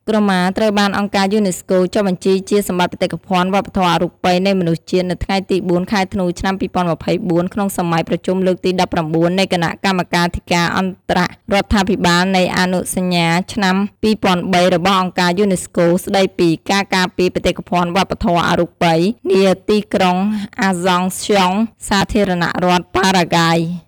ក្រមា ត្រូវបានអង្គការយូណេស្កូ ចុះបញ្ជីជាសម្បត្តិបេតិកភណ្ឌវប្បធម៌អរូបីនៃមនុស្សជាតិ នៅថ្ងៃទី៤ ខែធ្នូ ឆ្នាំ២០២៤ ក្នុងសម័យប្រជុំលើកទី១៩ នៃគណៈកម្មាធិការអន្តររដ្ឋាភិបាលនៃអនុសញ្ញាឆ្នាំ២០០៣របស់អង្គការយូណេស្កូ ស្តីពី «ការការពារបេតិកភណ្ឌវប្បធម៌អរូបី» នាទីក្រុងអាសង់ស្យុង សាធារណរដ្ឋប៉ារ៉ាហ្គាយ។